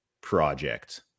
project